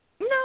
No